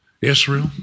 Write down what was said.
Israel